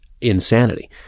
insanity